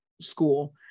school